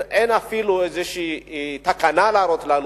אין אפילו איזושהי תקנה להראות לנו,